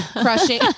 crushing